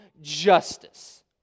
justice